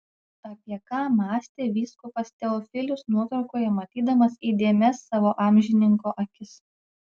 apie ką mąstė vyskupas teofilius nuotraukoje matydamas įdėmias savo amžininko akis